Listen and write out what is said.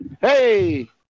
Hey